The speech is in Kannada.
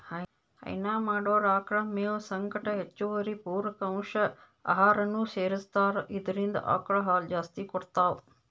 ಹೈನಾ ಮಾಡೊರ್ ಆಕಳ್ ಮೇವ್ ಸಂಗಟ್ ಹೆಚ್ಚುವರಿ ಪೂರಕ ಅಂಶ್ ಆಹಾರನೂ ಸೆರಸ್ತಾರ್ ಇದ್ರಿಂದ್ ಆಕಳ್ ಹಾಲ್ ಜಾಸ್ತಿ ಕೊಡ್ತಾವ್